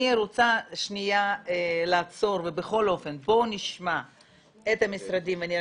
אני רוצה לעצור ובואו נשמע את המשרדים ונראה